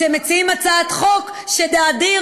אתם מציעים הצעת חוק שתאדיר,